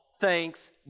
thanks